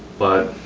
but